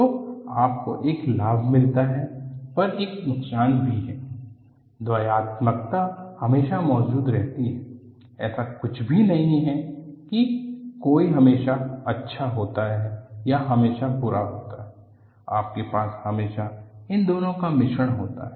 तो आपको एक लाभ मिलता है पर एक नुकसान भी होता है द्वयात्मकता हमेशा मौजूद रहती है ऐसा कुछ भी नहीं है कि कोई हमेशा अच्छा होता है या हमेशा बुरा होता है आपके पास हमेशा इन दोनों का मिश्रण होता है